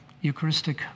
Eucharistic